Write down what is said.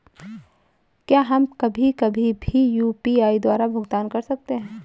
क्या हम कभी कभी भी यू.पी.आई द्वारा भुगतान कर सकते हैं?